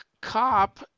cop